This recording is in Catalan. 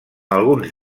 alguns